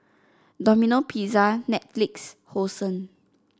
Domino Pizza Netflix Hosen